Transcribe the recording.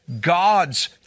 God's